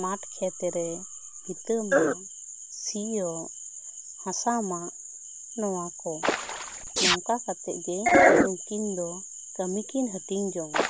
ᱢᱟᱴ ᱠᱷᱮᱛ ᱨᱮ ᱦᱤᱛᱟᱹ ᱢᱟᱜ ᱥᱤᱭᱚᱜ ᱦᱟᱥᱟ ᱢᱟᱜ ᱱᱚᱣᱟ ᱠᱚ ᱱᱚᱝᱠᱟ ᱠᱟᱛᱮ ᱜᱮ ᱱᱩᱠᱤᱱ ᱫᱚ ᱠᱟᱹᱢᱤ ᱠᱤᱱ ᱦᱟᱹᱴᱤᱧ ᱡᱚᱝᱼᱟ